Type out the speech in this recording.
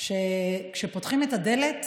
שכשפותחים את הדלת